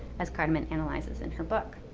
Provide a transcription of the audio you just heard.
as carmen analyzes in her book.